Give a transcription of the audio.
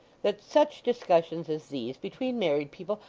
that such discussions as these between married people,